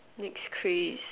next craze